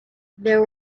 there